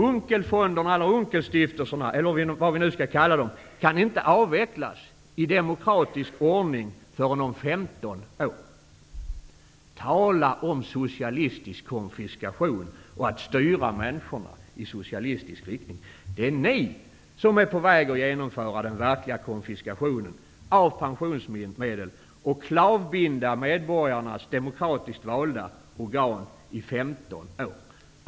Unckelfonderna, Unckelstiftelserna, eller vad vi nu skall kalla dem, kan inte avvecklas i demokratisk ordning förrän om 15 år. Tala om socialistisk konfiskation och att styra människorna i socialistisk riktning! Det är ni som är på väg att genomföra den verkliga konfiskationen av pensionsmedel och att klavbinda medborgarnas demokratiskt valda organ i 15 år.